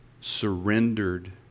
Surrendered